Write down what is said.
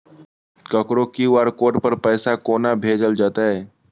ककरो QR code पर पैसा कोना भेजल जेतै?